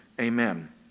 Amen